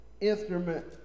instrument